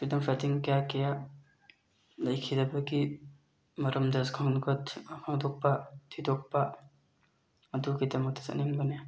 freedom fighting ꯀꯌꯥ ꯀꯌꯥ ꯂꯩꯈꯤꯗꯕꯒꯤ ꯃꯔꯝꯗ ꯈꯪꯗꯣꯛꯄ ꯊꯤꯗꯣꯛꯄ ꯑꯗꯨꯒꯤꯗꯃꯛꯇ ꯆꯠꯅꯤꯡꯕꯅꯤ